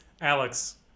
Alex